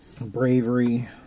Bravery